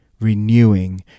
renewing